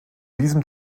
diesem